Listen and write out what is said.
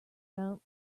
out